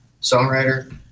songwriter